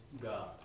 God